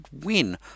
win